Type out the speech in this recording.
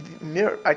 mirror